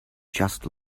just